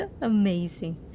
Amazing